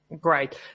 Great